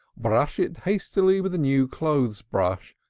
brush it hastily with a new clothes-brush,